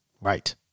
Right